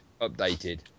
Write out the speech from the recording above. updated